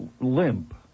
limp